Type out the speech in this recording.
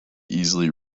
easily